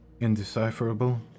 Indecipherable